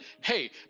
hey